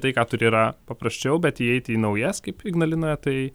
tai ką turi yra paprasčiau bet įeiti į naujas kaip ignalina tai